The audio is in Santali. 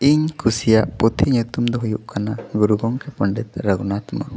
ᱤᱧ ᱠᱩᱥᱤᱭᱟᱜ ᱯᱩᱛᱷᱤ ᱧᱩᱛᱩᱢ ᱫᱚ ᱦᱩᱭᱩᱜ ᱠᱟᱱᱟ ᱜᱩᱨᱩ ᱜᱚᱢᱠᱮ ᱯᱚᱱᱰᱤᱛ ᱨᱟᱹᱜᱷᱩᱱᱟᱛᱷ ᱢᱩᱨᱢᱩ